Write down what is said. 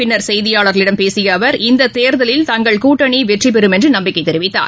பின்னர் செய்தியாளர்களிடம் பேசிய அவர் இந்த தேர்தலில்தங்கள் கூட்டணி வெற்றிபெறும் என்று நம்பிக்கை தெரிவித்தார்